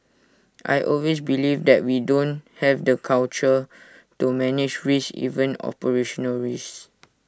I always believe that we don't have the culture to manage risks even operational rests